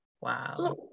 Wow